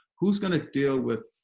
who's going to deal with